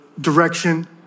direction